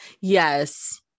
Yes